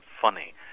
funny